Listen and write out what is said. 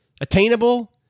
Attainable